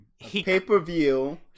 pay-per-view